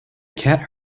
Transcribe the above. cat